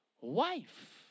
wife